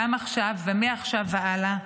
גם עכשיו ומעכשיו והלאה,